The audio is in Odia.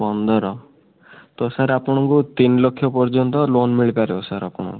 ପନ୍ଦର ତ ସାର୍ ଆପଣଙ୍କୁ ତିନି ଲକ୍ଷ ପର୍ଯ୍ୟନ୍ତ ଲୋନ ମିଳିପାରିବ ସାର୍ ଆପଣଙ୍କୁ